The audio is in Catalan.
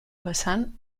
vessant